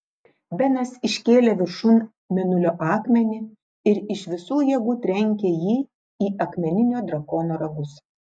benas iškėlė viršun mėnulio akmenį ir iš visų jėgų trenkė jį į akmeninio drakono ragus